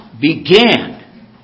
began